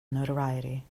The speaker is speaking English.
notoriety